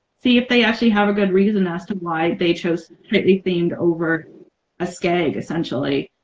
see if they actually have a good reason as to why they chose tightly themed over a skag essentially.